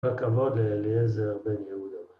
בכבוד אליעזר בן יהודה.